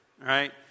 right